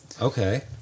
Okay